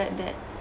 that